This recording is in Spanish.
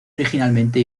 originalmente